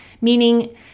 meaning